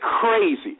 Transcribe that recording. crazy